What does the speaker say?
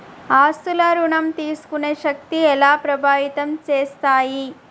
ఆస్తుల ఋణం తీసుకునే శక్తి ఎలా ప్రభావితం చేస్తాయి?